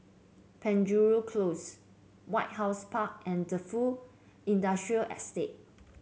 Penjuru Close White House Park and Defu Industrial Estate